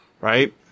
right